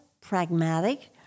pragmatic